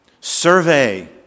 Survey